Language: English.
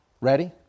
Ready